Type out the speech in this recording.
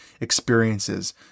experiences